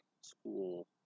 school